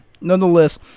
Nonetheless